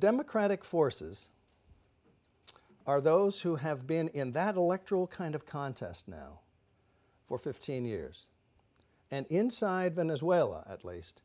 democratic forces are those who have been in that electoral kind of contest now for fifteen years and inside been as well at least